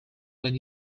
when